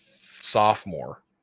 sophomore